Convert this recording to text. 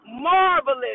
marvelous